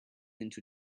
into